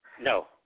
No